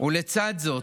ולצד זאת,